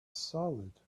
solid